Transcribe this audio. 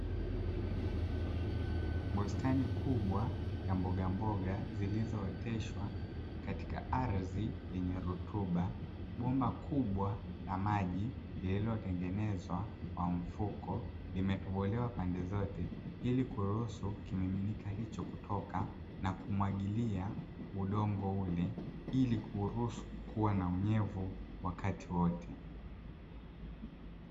Bustani kubwa ya mbogamboga zilizootesha katika ardhi yenye rutuba, bomba kubwa la maji lililotengenezwa kwa mfuko limetobolewa pande zote, ili kuruhusu kimiminika hicho kutoka na kumwagilia udongo ule ili kuruhusu kuwa na unyevu wakati wote.